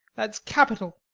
that's capital!